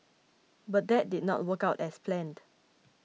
but that did not work out as planned